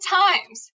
times